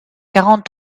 quarante